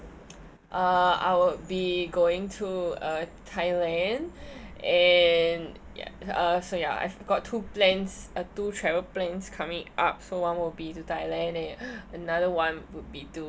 uh I will be going to uh thailand and uh so ya I've got two plans uh to travel plans coming up so one would be to thailand and another one would be to